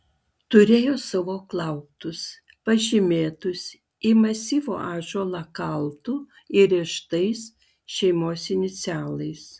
turėjo savo klauptus pažymėtus į masyvų ąžuolą kaltu įrėžtais šeimos inicialais